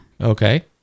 Okay